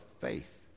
faith